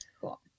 Cool